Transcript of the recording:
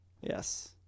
Yes